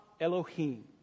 Elohim